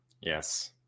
Yes